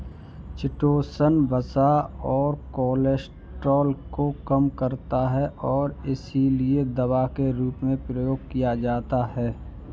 chitosan वसा और cholesterol को कम करता है और इसीलिए दवा के रूप में प्रयोग किया जाता है